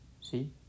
See